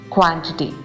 Quantity